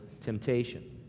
temptation